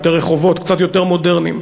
יותר רחובות קצת יותר מודרניים.